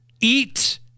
eat